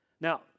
Now